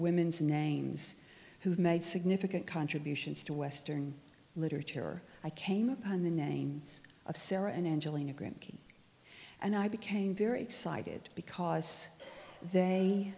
women's names who made significant contributions to western literature i came upon the names of sarah and angelina graham and i became very excited because they